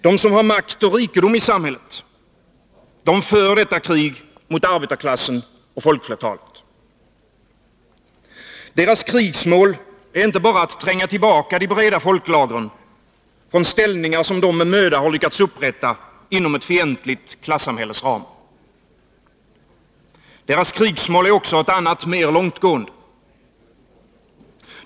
De som har makt och rikedom i samhället för detta krig mot arbetarklassen och folkflertalet. Deras krigsmål är inte bara att tränga tillbaka de breda folklagren från ställningar som dessa med möda lyckats upprätta inom ett fientligt klassamhälles ram. Deras krigsmål är också ett annat, mer långtgående.